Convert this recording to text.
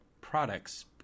products